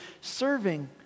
serving